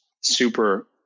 super